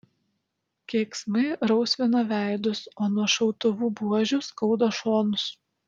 keiksmai rausvina veidus o nuo šautuvų buožių skauda šonus